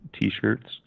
T-shirts